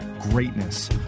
greatness